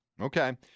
Okay